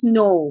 no